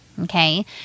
okay